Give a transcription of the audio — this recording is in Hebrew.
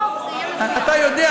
אני לא רוצה לחזור על האמירה הידועה,